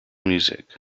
music